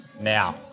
Now